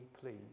please